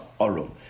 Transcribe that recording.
Arum